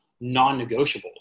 non-negotiables